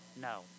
No